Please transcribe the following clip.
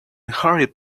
hurried